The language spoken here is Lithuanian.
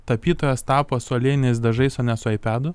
tapytojas tapo su aliejiniais dažais o ne su aipedu